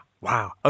Wow